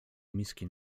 miski